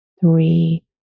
three